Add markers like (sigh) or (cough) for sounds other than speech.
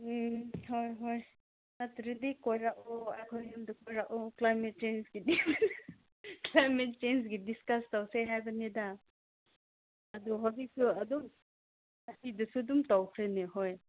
ꯎꯝ ꯍꯣꯏ ꯍꯣꯏ ꯅꯠꯇ꯭ꯔꯗꯤ ꯀꯣꯏꯔꯛꯑꯣ ꯑꯩꯈꯣꯏ ꯌꯨꯝꯗ ꯀꯣꯏꯔꯛꯑꯣ ꯀ꯭ꯂꯥꯏꯃꯦꯠ ꯆꯦꯟꯖꯀꯤꯗꯤ ꯀ꯭ꯂꯥꯏꯃꯦꯠ ꯆꯦꯟꯖꯀꯤ ꯗꯤꯁꯀꯁ ꯇꯧꯁꯦ ꯍꯥꯏꯕꯅꯤꯗ ꯑꯗꯨ ꯍꯧꯖꯤꯛꯁꯤ ꯑꯗꯨꯝ (unintelligible) ꯑꯗꯨꯝ ꯇꯧꯈ꯭ꯔꯦꯅꯦ ꯍꯣꯏ